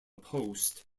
post